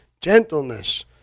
gentleness